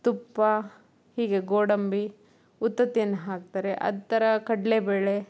ತುಪ್ಪ ಹೀಗೆ ಗೋಡಂಬಿ ಉತ್ತುತ್ತೆಯನ್ನು ಹಾಕ್ತಾರೆ ಅದೇ ಥರ ಕಡಲೆಬೇಳೆ